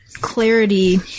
clarity